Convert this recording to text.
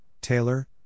Taylor